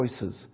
choices